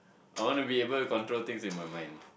I wanna be able to control things in my mind